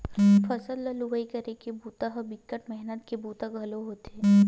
फसल ल लुवई करे के बूता ह बिकट मेहनत के बूता घलोक होथे